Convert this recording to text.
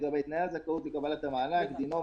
תודה רבה, אדוני היושב-ראש.